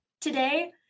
today